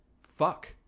fuck